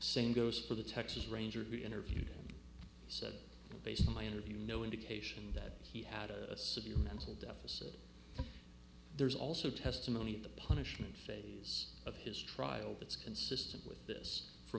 same goes for the texas ranger who interviewed him he said based on my interview no indication that he had a severe mental deficit there's also testimony in the punishment phase of his trial that's consistent with this f